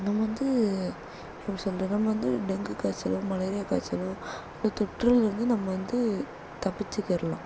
நம்ம வந்து எப்படி சொல்கிறது நம்ம வந்து டெங்கு காய்ச்சலோ மலேரியா காய்ச்சலோ அந்த தொற்றுலிருந்து நம்ம வந்து தப்பிச்சுக்கிடலாம்